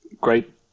Great